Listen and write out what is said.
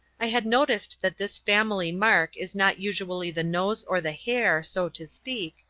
i had noticed that this family-mark is not usually the nose or the hair, so to speak,